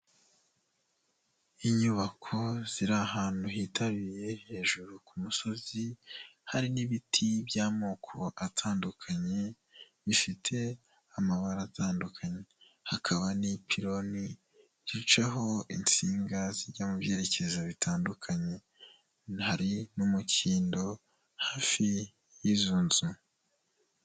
Inyubako ziri ahantu hitaruye hejuru ku musozi, hari n'ibiti by'amoko atandukanye bifite amabara atandukanye, hakaba n'ipiloni zicaho insinga zijya mu byerekezo bitandukanye, hari n'umukindo hafi y'izo nzu.